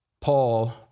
Paul